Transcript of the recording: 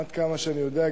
עד כמה שאני יודע,